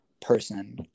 person